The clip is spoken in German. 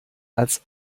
als